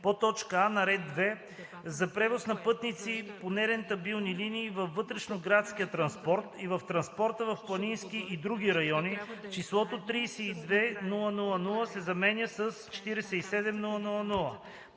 а) на ред 2 „За превоз на пътници по нерентабилни линии във вътрешноградския транспорт и в транспорта в планински и други райони“ числото „32 000,0“ се заменя с „47 000,0“;